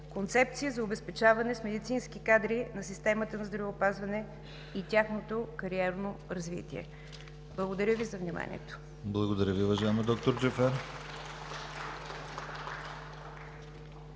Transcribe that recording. Концепция за обезпечаване с медицински кадри на системата на здравеопазване и тяхното кариерно развитие. Благодаря Ви за вниманието. (Ръкопляскания от ДПС.)